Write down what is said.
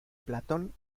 platón